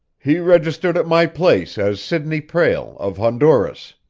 he registered at my place as sidney prale, of honduras.